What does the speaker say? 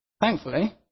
Thankfully